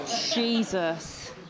Jesus